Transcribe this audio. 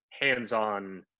hands-on